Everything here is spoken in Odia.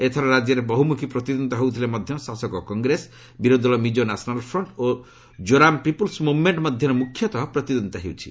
ଏଥର ରାଜ୍ୟରେ ବହୁମୁଖୀ ପ୍ରତିଦ୍ୱନ୍ଦିତା ହେଉଥିଲେ ମଧ୍ୟ ଶାସକ କଂଗ୍ରେସ ବିରୋଧିଦଳ ମିକୋ ନ୍ୟାସନାଲ୍ ଫ୍ରଷ୍ଟ ଓ ଜୋରାମ ପିପୁଲ୍ସ ମୁଭ୍ମେଣ୍ଟ୍ ମଧ୍ୟରେ ମୁଖ୍ୟତଃ ପ୍ରତିଦ୍ୱନ୍ଦ୍ୱିତା ହେଉଛି